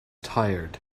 tired